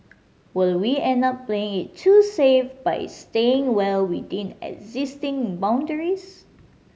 will we end up playing it too safe by staying well within existing boundaries